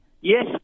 Yes